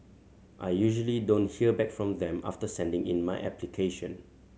I usually don't hear back from them after sending in my application